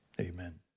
amen